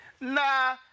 Nah